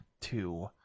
two